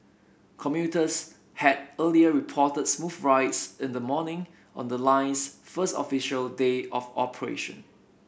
commuters had earlier reported smooth rides in the morning on the line's first official day of operation